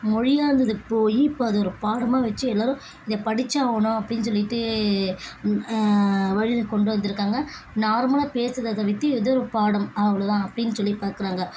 மொழியாக இருந்தது போய் இப்போ அது ஒரு பாடமாக வெச்சி எல்லோரும் இதை படிச்சாகணும் அப்படின்னு சொல்லிவிட்டு வழியில் கொண்டு வந்திருக்காங்க நார்மலாக பேசுறதை விட்டு ஏதோ பாடம் அவ்ளவுதான் அப்படின்னு சொல்லி பார்க்குறாங்க